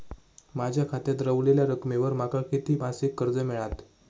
माझ्या खात्यात रव्हलेल्या रकमेवर माका किती मासिक कर्ज मिळात?